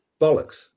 Bollocks